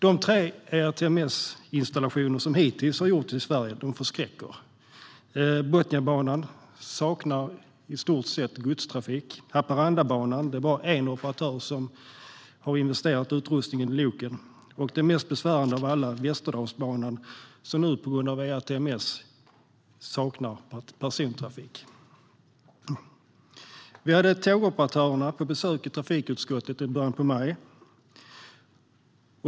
De tre ERTMS-installationer som hittills har gjorts i Sverige förskräcker. Botniabanan saknar i stort sett godstrafik. På Haparandabanan har bara en operatör investerat i utrustning på loken. Den mest besvärande av alla är Västerdalsbanan, som nu på grund av ERTMS saknar persontrafik. Vi hade tågoperatörerna på besök i trafikutskottet i början av maj.